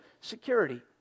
security